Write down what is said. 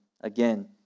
again